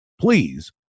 please